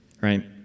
right